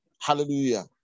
Hallelujah